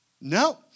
no